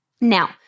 Now